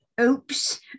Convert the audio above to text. oops